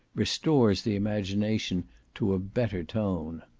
restores the imagination to a better tone.